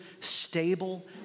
stable